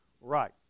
Right